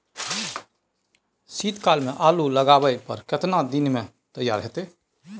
शीत काल में आलू लगाबय पर केतना दीन में तैयार होतै?